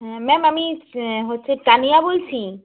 হ্যাঁ ম্যাম আমি হচ্ছে তানিয়া বলছি